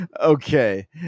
okay